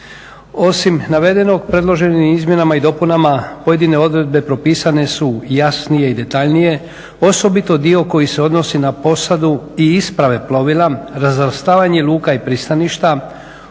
Osim navedenog predloženim izmjenama i dopunama pojedine odredbe propisane su jasnije i detaljnije, osobito dio koji se odnosi na posadu i isprave plovila, razvrstavanje luka i pristaništa,